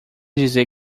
dizer